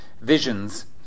visions